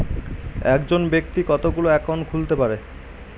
একজন ব্যাক্তি কতগুলো অ্যাকাউন্ট খুলতে পারে?